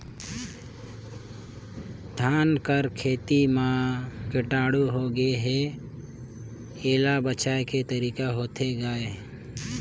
धान कर खेती म कीटाणु होगे हे एला बचाय के तरीका होथे गए?